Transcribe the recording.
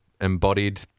embodied